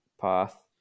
path